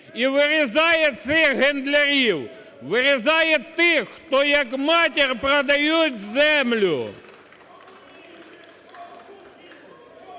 і вирізає цих гендлярів, вирізає тих, хто як матір продають землю.